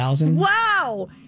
Wow